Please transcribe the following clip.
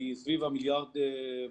היא סביב 1.5 מיליארד שקל.